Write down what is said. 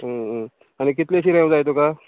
आनी कितले शी रेंव जाय तुका